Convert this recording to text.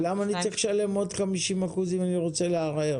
למה אני צריך לשלם עוד 50 אחוזים אם אני רוצה לערער?